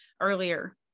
earlier